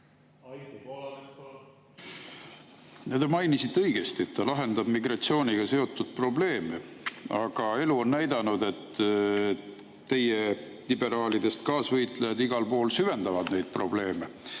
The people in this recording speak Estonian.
Anti Poolamets, palun! Te mainisite õigesti, et ta lahendab migratsiooniga seotud probleeme, aga elu on näidanud, et teie liberaalidest kaasvõitlejad igal pool süvendavad neid probleeme.